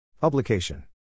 Publication